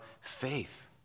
faith